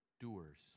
Doers